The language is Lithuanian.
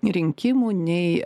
rinkimų nei